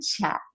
chat